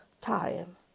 time